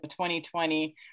2020